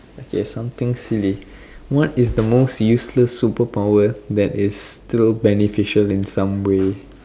okay something silly what is the most useless superpower that is still beneficial in some way